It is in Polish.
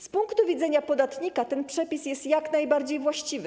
Z punktu widzenia podatnika ten przepis jest jak najbardziej właściwy.